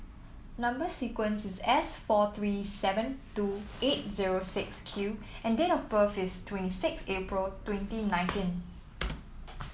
number sequence is S four three seven two eight zero six Q and date of birth is twenty six April twenty nineteen